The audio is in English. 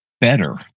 better